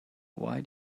why